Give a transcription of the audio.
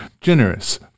generous